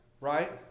Right